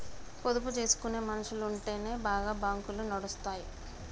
పొదుపు జేసుకునే మనుసులుంటెనే గా బాంకులు నడుస్తయ్